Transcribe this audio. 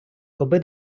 коби